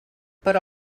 però